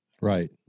Right